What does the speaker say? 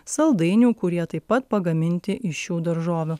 saldainių kurie taip pat pagaminti iš šių daržovių